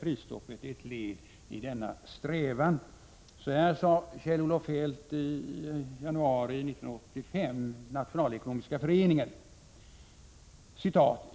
Prisstoppet är ett led i denna strävan” kan jag inte låta bli att anföra vad Kjell-Olof Feldt sade i januari 1985 i nationalekonomiska föreningen: